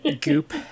goop